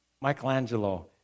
Michelangelo